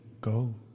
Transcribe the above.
go